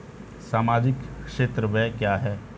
सामाजिक क्षेत्र व्यय क्या है?